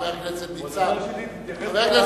חבר הכנסת ניצן הורוביץ,